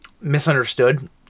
misunderstood